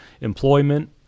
employment